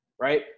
right